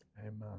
Amen